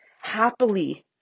Happily